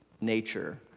nature